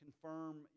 confirm